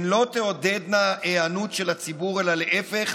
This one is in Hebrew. הן לא תעודדנה היענות של הציבור אלא להפך,